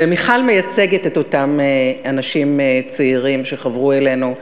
ומיכל מייצגת את אותם אנשים צעירים שחברו אלינו בהכרה,